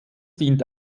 dient